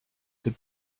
that